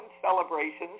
celebrations